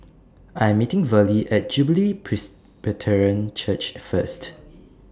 I'm meeting Verlie At Jubilee Presbyterian Church First